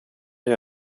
jag